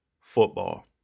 football